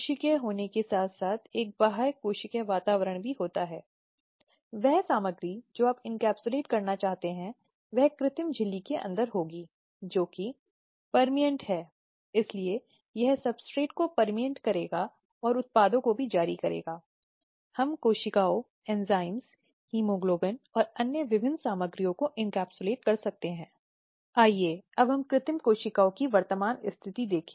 यौन उत्पीड़न की तरह हिंसा के कई अन्य रूप हैं जो हमने पहले भी बोले हैं जो महिलायें सामना करती हैं इसलिए उनके साथ हमने कई घटनाओं या उदाहरणों में देखा हैं कि महिलाओं पर हमला किया जाता है